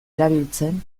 erabiltzen